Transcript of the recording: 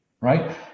right